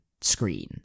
screen